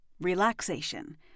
Relaxation